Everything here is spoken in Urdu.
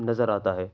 نظر آتا ہے